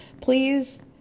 please